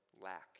lack